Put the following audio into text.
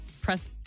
press